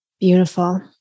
Beautiful